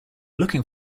looking